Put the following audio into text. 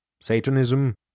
Satanism